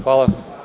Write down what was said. Hvala.